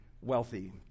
wealthy